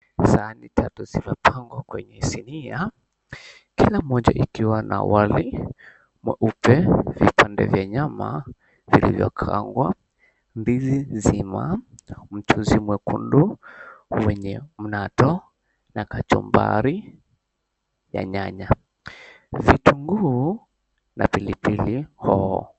Sahani tatu zimepangwa kwenye sinia. Kila mmoja ikiwa na wali mweupe, vipande vya nyama vilivyokaangwa, ndizi nzima, mchuzi mwekundu wenye mnato na kachumbari ya nyanya. Vitunguu na pilipili hoho.